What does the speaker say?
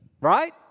right